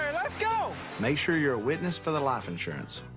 let's go. make sure you're a witness for the life insurance.